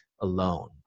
alone